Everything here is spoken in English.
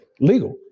legal